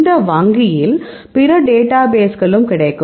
இந்த வங்கியில் பிற டேட்டாபேஸ்களும் கிடைக்கும்